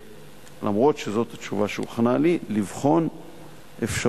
למרות שזאת התשובה שהוכנה לי, לבחון אפשרות